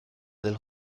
del